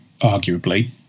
arguably